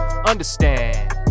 understand